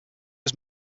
was